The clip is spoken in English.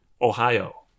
Ohio